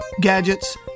gadgets